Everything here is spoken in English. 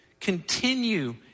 continue